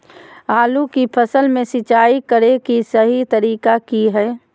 आलू की फसल में सिंचाई करें कि सही तरीका की हय?